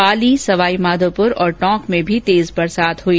पानी सवाईमाधोपुर और टोंक में भी तेज बरसात हुई